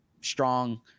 strong